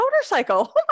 motorcycle